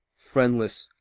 friendless,